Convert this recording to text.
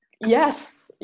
yes